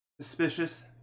suspicious